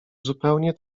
zupełnie